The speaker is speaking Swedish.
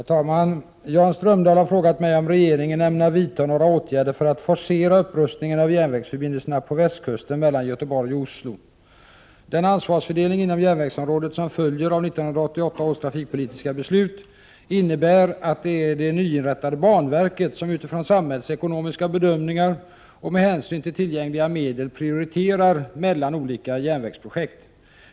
Herr talman! Jan Strömdahl har frågat mig om regeringen ämnar vidta några åtgärder för att forcera upprustningen av järnvägsförbindelserna på västkusten mellan Göteborg och Oslo. Den ansvarsfördelning inom järnvägsområdet som följer av 1988 års trafikpolitiska beslut innebär att det är det nyinrättade banverket som utifrån samhällsekonomiska bedömningar och med hänsyn till tillgängliga medel prioriterar mellan olika järnvägsprojekt.